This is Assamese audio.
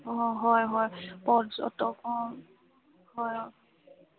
অঁ হয় হয় পৰ্যটক অঁ হয় অঁ